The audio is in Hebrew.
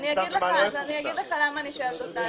אני אגיד לך למה אני שואלת אותה.